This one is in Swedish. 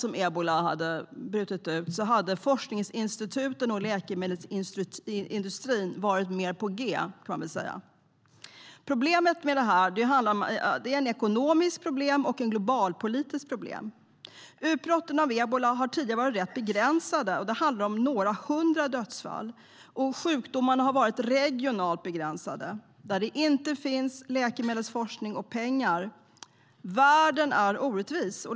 Om ebola hade brutit ut i Sverige hade forskningsinstituten och läkemedelsindustrin varit mer på G, kan man säga. Detta är ett ekonomiskt problem och ett globalpolitiskt problem. Utbrotten av ebola har tidigare var rätt begränsade - det har handlat om några hundra dödsfall - och sjukdomen har varit regionalt begränsad till områden där det inte finns läkemedelsforskning och pengar. Världen är orättvis.